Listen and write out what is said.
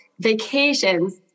vacations